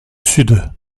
sud